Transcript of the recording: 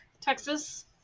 Texas